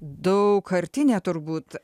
daugkartinė turbūt